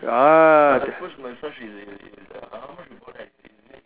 ah then